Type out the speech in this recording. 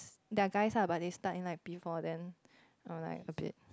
they are guys lah but they start at like P four then I am like a bit